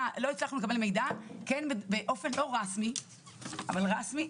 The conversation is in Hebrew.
לא הצלחנו לקבל מידע, באופן לא רסמי אבל רסמי,